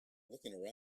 looking